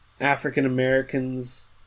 African-Americans